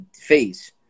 phase